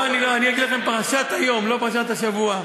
אני אגיד לכם פרשת היום, לא פרשת השבוע.